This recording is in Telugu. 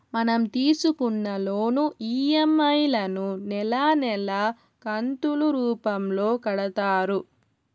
మనం తీసుకున్న లోను ఈ.ఎం.ఐ లను నెలా నెలా కంతులు రూపంలో కడతారు